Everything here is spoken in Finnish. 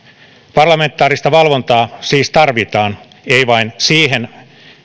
parlamentaarista valvontaa siis tarvitaan ei vain siihen